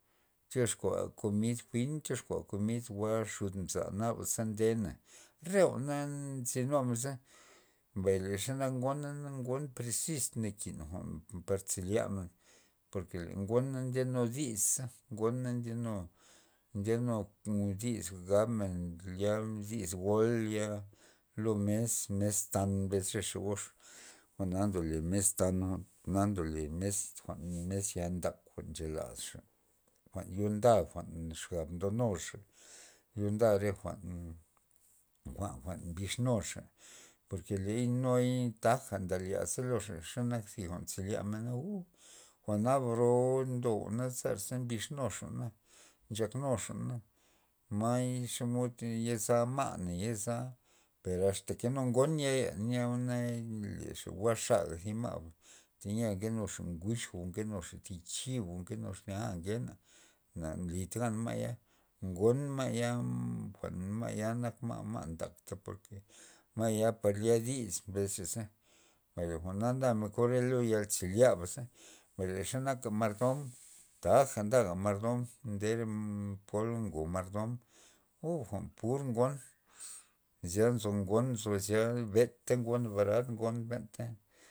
Tyoxkua komid jwi'n tyoxkua komind jwa' xud mza naba ndena, re jwa'na nzynumen za, mbay le xenak ngona na ngon prezis nakin jwa'n par zelyamen por le ngona ndenu dis za ngona ndyanu- ndyanu dis gaj men lya re dis gol lya lo mes- mes tan mbes re xa gox, jwa'na ndole mes tan jwa'na ndole mes jwa'n mes ya ntak laz xa jwa' yo nda xab ndonuxa nda re jwa'n- jwa'n mbix nuxa por ke ley nuga tagaja ndalyaza loza per xenak thi jwa'n zelya mena uu jwa'na bro ndo zera ze mbix nuxa jwa'na nchak nuxa jwa'na, may xomod yoxa ma'na yeza per asta ke nu ngom yay nyeo na lexa jwa' thi xaja ma' teyia nkenuxa nguch o nkenuxa thi chib o nkenuxa a per ngena na lid gan ma'ya ngon ma'ya jwa'n ma'ya ma' ntak taba ma'ya pas lya dis, dis mbes xaza mbay le jwa'na ndamen na re ya zelyabaza mbay le xenak mardon taja nda mardon nde re pola ngo mardom o jwa'n pur ngon zya nzo ngon nzo zya benta ngo barad ngon benta